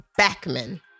Backman